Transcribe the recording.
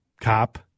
cop